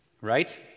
Right